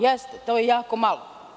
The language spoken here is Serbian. Jeste, to je jako malo.